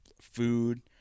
food